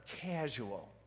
casual